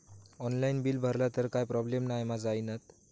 Online bill भरला तर काय प्रोब्लेम नाय मा जाईनत?